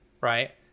right